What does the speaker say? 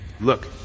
Look